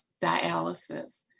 dialysis